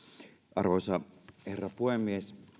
arvoisa herra puhemies